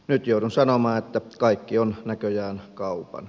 nyt joudun sanomaan että kaikki on näköjään kaupan